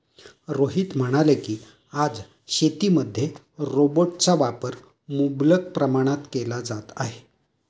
रोहित म्हणाले की, आज शेतीमध्ये रोबोटचा वापर मुबलक प्रमाणात केला जात आहे